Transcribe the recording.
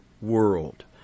world